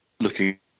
looking